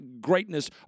greatness